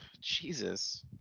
Jesus